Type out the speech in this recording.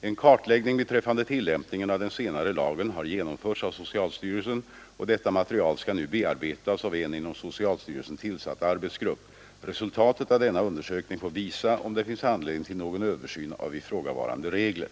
En kartläggning beträffande tillämpningen av den senare lagen har genomförts av socialstyrelsen, och detta material skall nu bearbetas av en inom socialstyrelsen tillsatt arbetsgrupp. Resultatet av denna undersökning får visa om det finns anledning till någon översyn av ifrågavarande regler.